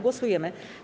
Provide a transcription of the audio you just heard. Głosujemy.